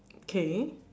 okay